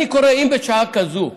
אני קורא: אם בשעה כזו,